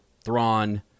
Thrawn